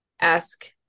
ask